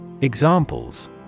Examples